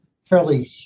fairly